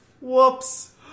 Whoops